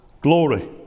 glory